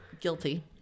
guilty